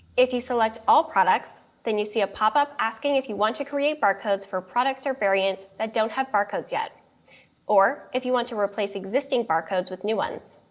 if you select all products, then you see a pop up asking if you want to create barcodes for products or variants that don't have barcodes yet or if you want to replace existing barcodes with new ones.